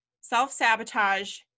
self-sabotage